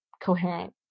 coherent